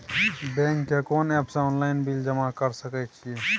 Bank के कोन app से ऑनलाइन बिल जमा कर सके छिए?